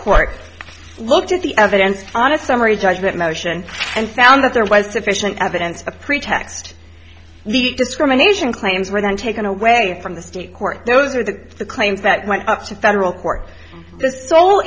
court looked at the evidence on a summary judgment motion and found that there was sufficient evidence the pretext discrimination claims were then taken away from the state court those are the claims that went up to federal court the so